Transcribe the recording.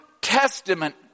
Testament